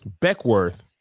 Beckworth